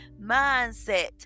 mindset